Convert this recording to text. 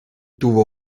tuvo